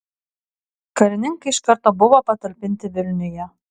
karininkai iš karto buvo patalpinti vilniuje